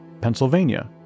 Pennsylvania